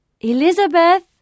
Elizabeth